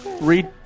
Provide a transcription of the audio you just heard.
Read